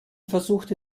versuchte